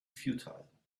futile